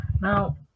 Now